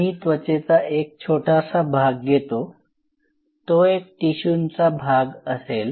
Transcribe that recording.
मी त्वचेचा एक छोटासा भाग घेतो तो एक टिशूंचा भाग असेल